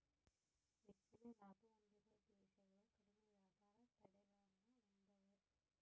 ಹೆಚ್ಚಿನ ಲಾಭ ಹೊಂದಿರುವ ದೇಶಗಳು ಕಡಿಮೆ ವ್ಯಾಪಾರ ತಡೆಗಳನ್ನ ಹೊಂದೆವ